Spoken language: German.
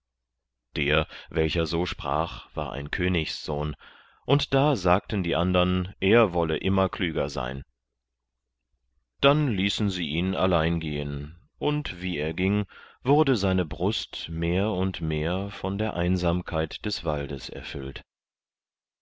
der welcher so sprach war ein königssohn und da sagten die andern er wolle immer klüger sein dann ließen sie ihn allein gehen und wie er ging wurde seine brust mehr und mehr von der einsamkeit des waldes erfüllt